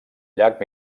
llac